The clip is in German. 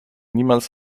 niemals